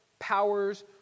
powers